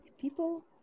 people